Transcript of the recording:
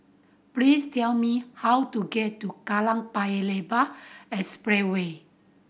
please tell me how to get to Kallang Paya Lebar Expressway